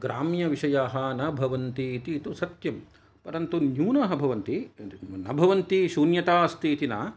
ग्राम्यविषयः न भवन्ति इति तु सत्यम् परन्तु न्यूनः भवन्ति न भवन्ति शून्यता अस्ति इति न